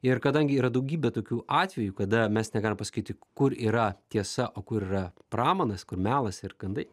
ir kadangi yra daugybė tokių atvejų kada mes negalim pasakyti kur yra tiesa o kur yra pramanas kur melas ir gandai